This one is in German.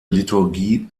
liturgie